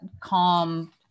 calm